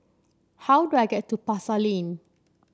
how do I get to Pasar Lane